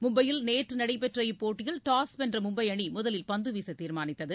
மும்பையில் நேற்று நடைபெற்ற இப்போட்டியில் டாஸ் வென்ற மும்பை அணி முதலில் பந்து வீச தீர்மானித்தது